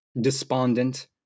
despondent